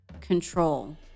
control